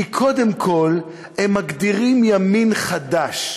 כי קודם כול הם מגדירים ימין חדש,